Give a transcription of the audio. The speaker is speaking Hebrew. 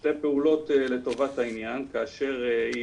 שתי פעולות לטובת העניין כאשר היא